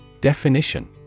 Definition